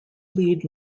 lead